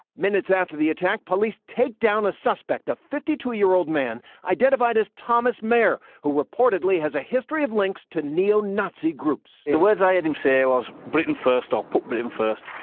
minutes after the attack, police take down a suspect. a fifty-two year old man known identified as tomas mair who reportedly has a history of links to neo-nazi groups. the words i heard him say was britain first or put britain first.